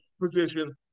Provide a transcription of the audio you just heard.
position